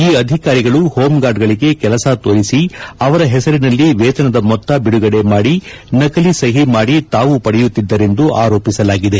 ಈ ಅಧಿಕಾರಿಗಳು ಹೋಮ್ಗಾರ್ಡ್ಗಳಿಗೆ ಕೆಲಸ ತೋರಿಸಿ ಅವರ ಹೆಸರಿನಲ್ಲಿ ವೇತನದ ಮೊತ್ತ ಬಿಡುಗಡೆ ಮಾಡಿ ನಕಲಿ ಸಹಿ ಮಾಡಿ ತಾವು ಪಡೆಯುತ್ತಿದ್ದರೆಂದು ಆರೋಪಿಸಲಾಗಿದೆ